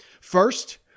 First